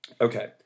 okay